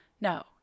No